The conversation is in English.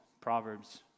Proverbs